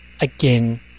Again